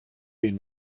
been